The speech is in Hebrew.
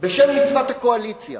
בשם מצוות הקואליציה